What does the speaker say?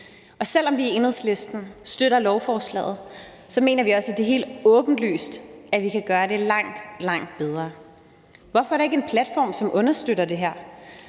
Selv om vi i Enhedslisten støtter lovforslaget, mener vi også, at det er helt åbenlyst, at vi kan gøre det langt, langt bedre. Hvorfor er der ikke en platform, som understøtter det her,